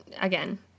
again